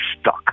stuck